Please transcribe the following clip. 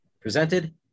presented